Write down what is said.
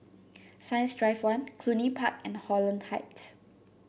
Science Drive One Cluny Park and Holland Heights